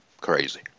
crazy